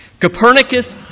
Copernicus